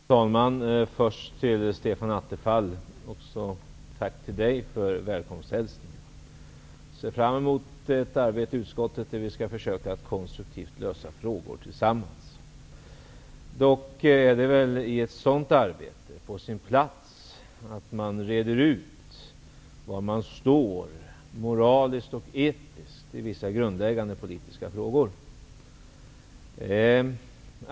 Herr talman! Först vill jag också till Stefan Attefall säga tack för välkomsthälsningen. Jag ser fram emot ett arbete i utskottet där vi konstruktivt skall försöka att lösa frågor tillsammans. Det är väl dock i ett sådant arbete på sin plats att man reder ut var man står, moraliskt och etiskt, i vissa grundläggande politiska frågor.